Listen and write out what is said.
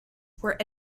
were